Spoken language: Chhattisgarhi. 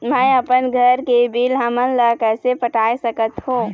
मैं अपन घर के बिल हमन ला कैसे पटाए सकत हो?